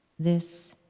this